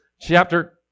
chapter